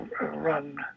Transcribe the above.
run